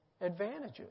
advantages